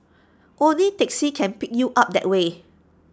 only taxis can pick you up that way